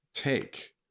Take